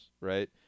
right